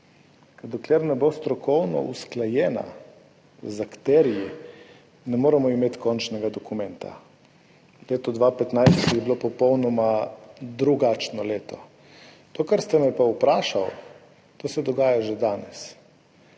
dokler ne bo strokovno usklajena z akterji, ne moremo imeti končnega dokumenta. Leto 2015 je bilo popolnoma drugačno leto. To, kar ste me pa vprašali, to se dogaja že danes